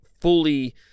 fully